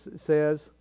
says